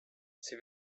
sie